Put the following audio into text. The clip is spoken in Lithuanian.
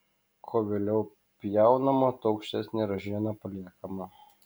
kuo vėliau pjaunama tuo aukštesnė ražiena paliekama